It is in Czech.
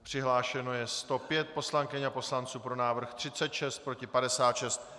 Přihlášeno je 105 poslankyň a poslanců, pro návrh 36, proti 56.